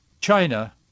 China